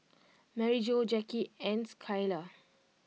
Maryjo Jacky and Schuyler